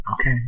Okay